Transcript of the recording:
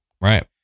right